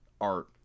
art